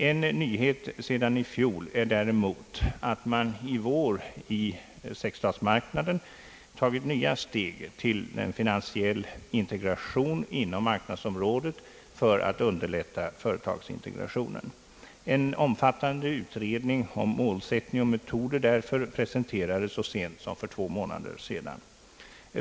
En nyhet sedan i fjol är däremot att man i vår i sexstatsmarknaden tagit nya steg till en finansiell integration inom marknadsområdet för att underlätta företagsintegrationen. En omfattande utredning om målsättning och metoder därför presenterades så sent som för två månader sedan.